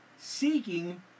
seeking